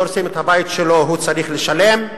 הוא צריך לשלם.